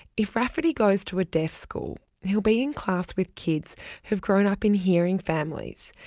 if rafferty goes to a deaf school, he'll be in class with kids who've grown up in hearing families,